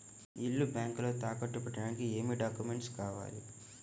ఇల్లు బ్యాంకులో తాకట్టు పెట్టడానికి ఏమి డాక్యూమెంట్స్ కావాలి?